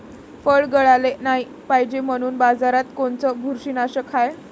फळं गळाले नाही पायजे म्हनून बाजारात कोनचं बुरशीनाशक हाय?